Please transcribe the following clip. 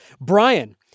Brian